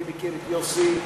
אני מכיר את יוסי,